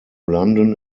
london